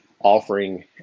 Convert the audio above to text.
offering